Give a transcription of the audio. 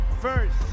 first